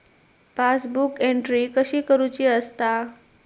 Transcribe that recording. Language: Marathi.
पासबुक एंट्री कशी करुची असता?